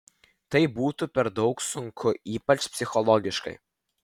tai būtų per daug sunku ypač psichologiškai